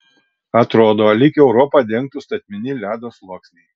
atrodo lyg europą dengtų statmeni ledo sluoksniai